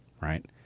Right